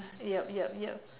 yup yup yup